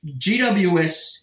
GWS